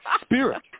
spirit